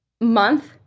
month